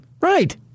Right